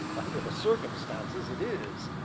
under the circumstances, it is,